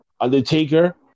Undertaker